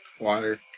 Water